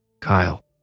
Kyle